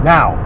Now